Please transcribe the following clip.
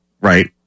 right